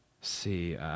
see